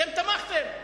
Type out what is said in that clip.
אתם תמכתם.